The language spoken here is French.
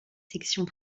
sections